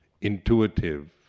intuitive